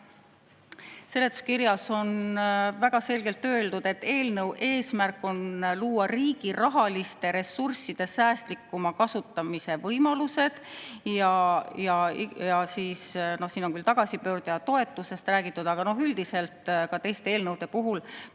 seletuskirjas on väga selgelt öeldud, et eelnõu eesmärk on luua riigi rahaliste ressursside säästlikuma kasutamise võimalused. Ja siin on küll tagasipöörduja toetusest räägitud, aga üldiselt ka teiste eelnõude